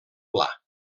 pla